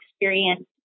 experience